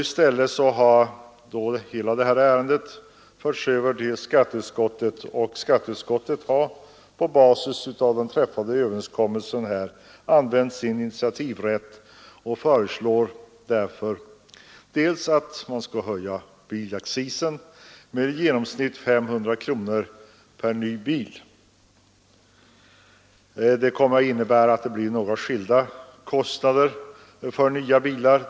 I stället har hela detta skatteärende förts över till skatteutskottet, och utskottet har använt sin initiativrätt till att på basis av den träffade överenskommelsen föreslå att bilaccisen höjs med i genomsnitt 500 kronor per bil. Detta innebär något olika ökade kostnader för nya bilar.